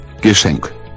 Geschenk